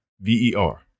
V-E-R